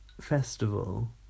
Festival